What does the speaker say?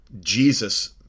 Jesus